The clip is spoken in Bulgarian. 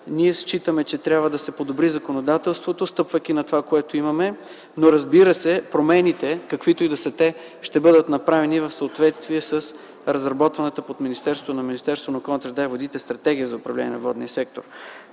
ние считаме, че трябва да се подобри законодателството, стъпвайки на това, което имаме. Разбира се, промените, каквито и да са те ще бъдат направени в съответствие с разработваната от Министерството на околната среда и водите Стратегия за управление на водния сектор.